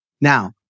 now